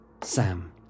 Sam